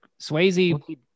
swayze